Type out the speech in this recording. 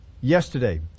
yesterday